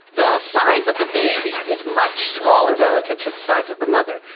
the size of the baby is much smaller relative to the size of the mother.